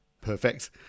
perfect